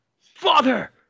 Father